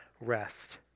rest